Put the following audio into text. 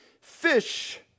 fish